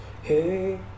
Hey